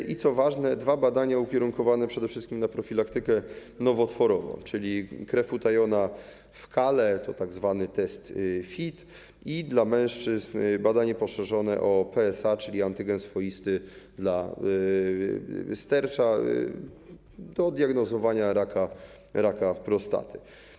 Są też, co ważne, dwa badania ukierunkowane przede wszystkim na profilaktykę nowotworową, czyli krew utajona w kale - to tzw. test FIT, i dla mężczyzn badanie poszerzone o PSA, czyli antygen swoisty dla stercza, do diagnozowania raka prostaty.